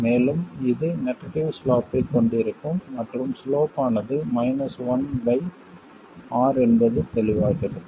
மேலும் இது negative slope ஐக் கொண்டிருக்கும் மற்றும் சிலோப் ஆனது மைனஸ் 1 பை R என்பது தெளிவாகிறது